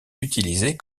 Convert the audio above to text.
utilisée